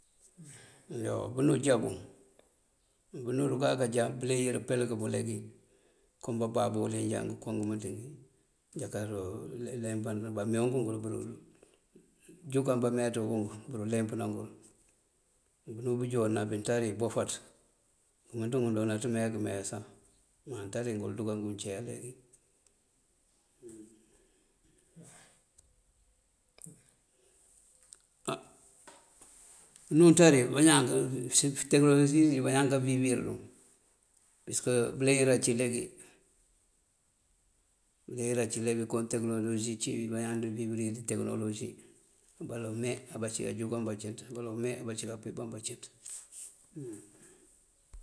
Yoo bënú já, bënú duka kajá abëleyir pelëk buŋ leegi. Kom bababú wëli njá wuŋ ngëko ngëmënţ já kadúu leempan, bamee wunk ngul bëdujúkan bameeţ bukunk buru leempëna ngul. Bënú bëjon ná bënţari bofaţ, ngëmënţ nguŋ doonaţ meyá këmeyá sá má nţari ngul duka nguŋ cíya leegi. Á unú nţari bañaan tekënolosi dí bañaan kawiwir duŋ pisëk bëleyir ací leegi bëleyir aci leegí. Kon tekënolosi cí abañaan duwiwir tekënolosi. A baloŋ mee abací kajúkan bacínţ abaloŋ me abací kapiban bacínţ hum.